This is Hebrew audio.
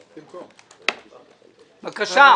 בבקשה.